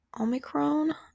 omicron